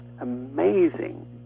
amazing